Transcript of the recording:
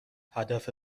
هدف